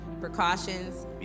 precautions